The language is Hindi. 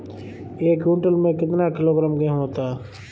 एक क्विंटल में कितना किलोग्राम गेहूँ होता है?